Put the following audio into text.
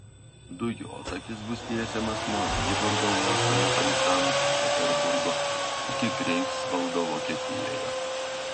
dujotakis bus tiesiamas nuo vyborgo uosto netoli sankt peterburgo iki greifsvaldo vokietijoje